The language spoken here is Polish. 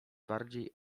bardziej